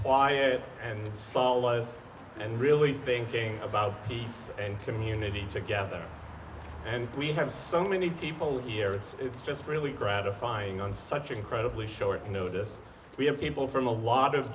quiet and solace and really thinking about peace and community together and we have so many people here it's just really gratifying on such incredibly short notice we have people from a lot of